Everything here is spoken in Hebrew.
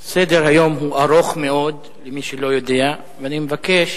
סדר-היום הוא ארוך מאוד, למי שלא יודע, ואני מבקש